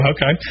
Okay